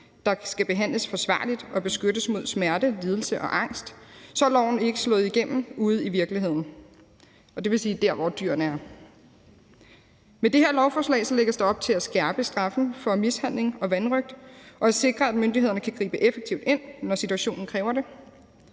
der skal behandles forsvarligt og beskyttes mod smerte, lidelse og angst, så er loven ikke slået igennem ude i virkeligheden, dvs. der, hvor dyrene er. Med det her forslag lægges der op til at skærpe straffen for mishandling og vanrøgt og at sikre, at myndighederne kan gribe effektivt ind, når situationen kræver det.